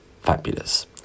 fabulous